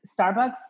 Starbucks